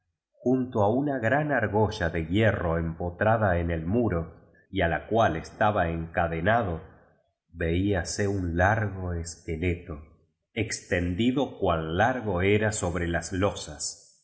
junto a una gran argolla de hierro empo trad en el muro y a la cual estaba enca denado veíase un largo esqueleto extendido cuati largo era sobre las losas